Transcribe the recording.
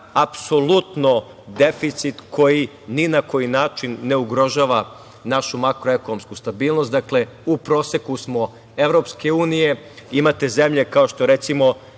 Apsolutno deficit koji ni na koji način ne ugrožava našu makroekonomsku stabilnost. Dakle, u proseku smo EU. Imate zemlje kao što je,